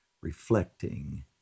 reflecting